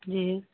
جی